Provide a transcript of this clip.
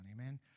Amen